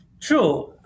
True